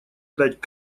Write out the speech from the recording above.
дать